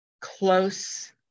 close